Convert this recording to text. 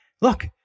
look